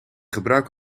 gebruik